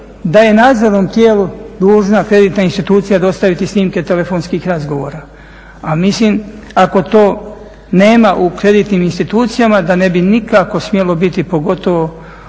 da je nadzornom tijelu dužna kreditna institucija dostaviti telefonskih razgovora. A mislim ako toga nema u kreditnim institucijama da ne bi nikako smjelo biti pogotovo